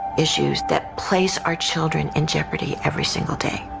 issues that place our children in jeopardy every single day.